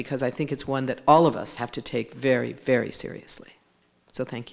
because i think it's one that all of us have to take very very seriously so thank